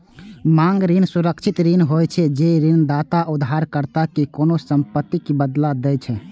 मांग ऋण सुरक्षित ऋण होइ छै, जे ऋणदाता उधारकर्ता कें कोनों संपत्तिक बदला दै छै